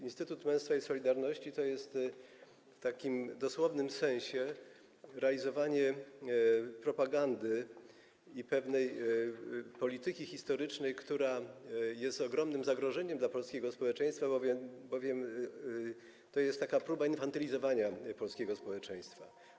Instytut Solidarności i Męstwa to jest w takim dosłownym sensie realizowanie propagandy, pewnej polityki historycznej, która jest ogromnym zagrożeniem dla polskiego społeczeństwa, bowiem to jest taka próba infantylizowania polskiego społeczeństwa.